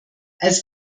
als